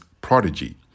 prodigy